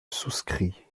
souscrit